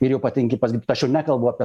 ir jau patenki aš jau nekalbu apie